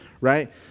right